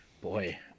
Boy